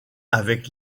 avec